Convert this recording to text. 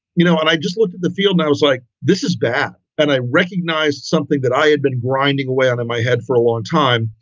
you know, and i just looked at the field. i was like, this is bad. and i recognized something that i had been grinding away on in my head for a long time,